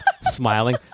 smiling